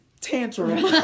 tantrum